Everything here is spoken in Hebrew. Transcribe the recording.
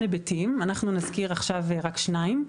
היבטים אבל אנחנו נזכיר עכשיו רק שניים.